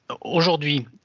Aujourd'hui